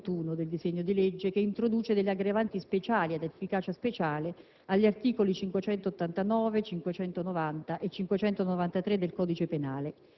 Il pericolo per noi, inoltre, è che si potessero introdurre degli elementi di soggettivismo che richiamano il diritto penale d'autore: «ti